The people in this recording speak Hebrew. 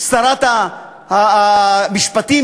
שרת המשפטים,